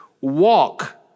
walk